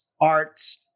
arts